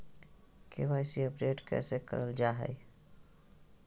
KYC update कैसे करल जाहै?